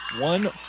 One